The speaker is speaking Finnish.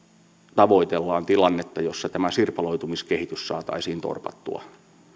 tavoitellaan tilannetta jossa tämä sirpaloitumiskehitys saataisiin torpattua